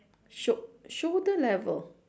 sho~ shoulder level